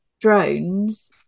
drones